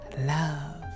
love